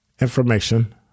information